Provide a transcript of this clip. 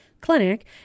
clinic